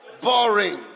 boring